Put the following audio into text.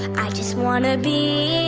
i just want to be